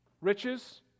Riches